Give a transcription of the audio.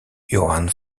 johann